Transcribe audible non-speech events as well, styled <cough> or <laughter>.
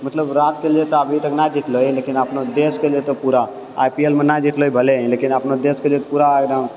मतलब <unintelligible> के लिअ तऽ अभी तक नहि जितलै लेकिन अपनो देशके लिअ तऽ पूरा आईपीएलमे नहि जितलै भले ही लेकिन अपनो देशके लिअ पूरा एकदम